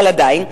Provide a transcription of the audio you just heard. אבל עדיין,